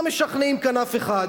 לא משכנעים כאן אף אחד.